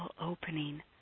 opening